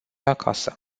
acasă